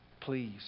please